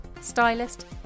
Stylist